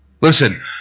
Listen